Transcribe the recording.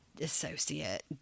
associate